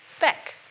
back